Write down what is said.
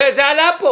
זה היה כבר פעם אחת.